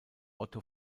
otto